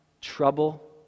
trouble